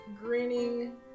grinning